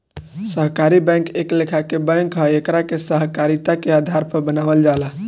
सहकारी बैंक एक लेखा के बैंक ह एकरा के सहकारिता के आधार पर बनावल जाला